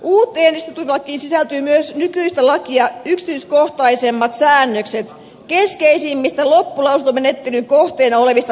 uuteen esitutkintalakiin sisältyy myös nykyistä lakia yksityiskohtaisemmat säännökset keskeisimmistä loppulausuntomenettelyn kohteena olevista seikoista